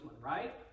Right